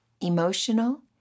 emotional